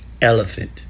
elephant